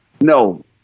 No